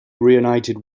reunited